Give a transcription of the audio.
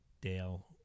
Dale